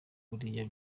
buriya